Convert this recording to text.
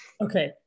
Okay